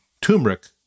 turmeric